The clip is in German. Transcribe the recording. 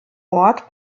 ort